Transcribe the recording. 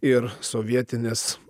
ir sovietinės